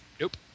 Nope